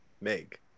Meg